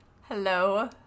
Hello